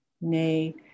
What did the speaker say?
Nay